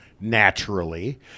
naturally